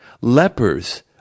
lepers